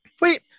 Wait